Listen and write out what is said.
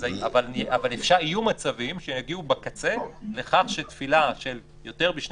אבל יהיו מצבים שיגיעו בקצה לכך שתפילה של יותר משני